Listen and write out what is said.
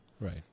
Right